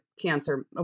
cancer